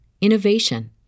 innovation